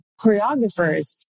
choreographers